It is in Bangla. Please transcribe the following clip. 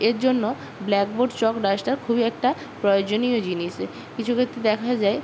এর জন্য ব্ল্যাক বোর্ড চক ডাস্টার খুবই একটা প্রয়োজনীয় জিনিস কিছু ক্ষেত্রে দেখা যায়